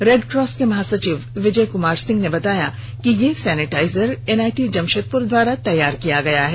red cross के महासचिव विजय कुमार सिंह ने बताया कि यह सैनिटाइजर एनआइटी जमशेदपुर द्वारा तैयार किया गया है